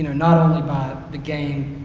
not only by the game,